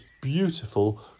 beautiful